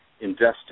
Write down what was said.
investing